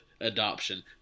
adoption